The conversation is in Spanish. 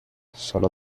solo